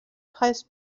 heißt